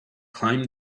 climbed